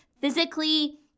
physically